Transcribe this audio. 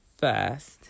first